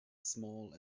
small